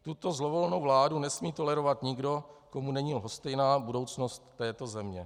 Tuto zlovolnou vládu nesmí tolerovat nikdo, komu není lhostejná budoucnost této země.